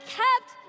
kept